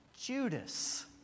Judas